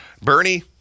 Bernie